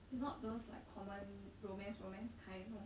it's not those like common romance romance kind orh